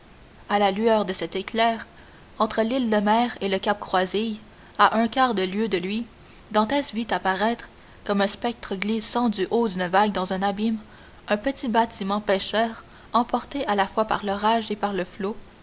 à la lueur de cet éclair entre l'île lemaire et le cap croisille à un quart de lieue de lui dantès vit apparaître comme un spectre glissant du haut d'une vague dans un abîme un petit bâtiment pêcheur emporté à la fois par l'orage et par le flot